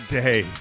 day